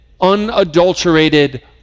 unadulterated